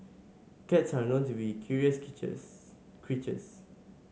cats are known to be curious creatures